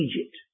Egypt